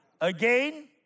Again